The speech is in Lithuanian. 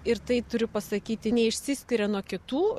ir tai turiu pasakyti neišsiskiria nuo kitų